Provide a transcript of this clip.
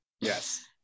Yes